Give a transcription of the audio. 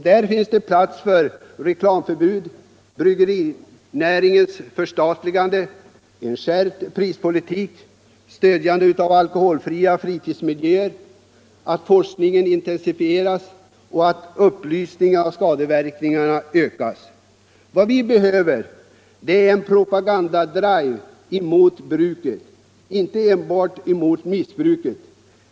Där finns det plats för reklamförbud, förstatligande av bryggerinäringen, skärpt prispolitik, stöd till alkoholfria fritidsmiljöer, intensifiering av forskningen och ökad upplysning om skadeverkningar. Vad vi behöver är en propagandadrive mot alkoholbruket — inte enbart mot alkoholmissbruket.